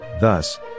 Thus